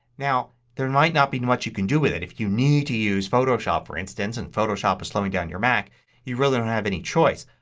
now there might not be such you can do with it. if you need to use photoshop, for instance, and photoshop is slowing down your mac you really don't have any choice.